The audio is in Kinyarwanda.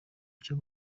icyo